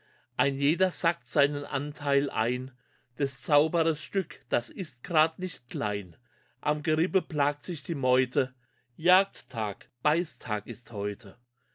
ein jeder sackt seinen anteil ein des zauberers stück das ist grade nicht klein am gerippe balgt sich die meute jagdtag beißtag ist heute